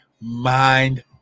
mind